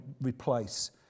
replace